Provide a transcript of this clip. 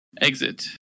Exit